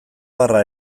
barra